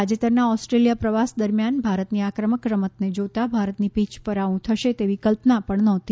તાજેતરના ઓસ્ટ્રેલિયા પ્રવાસ દરમિયાન ભારતની આક્રમક રમતને જોતાં ભારતની પીય પર આવું થશે એવી કલ્પના પણ નહોતી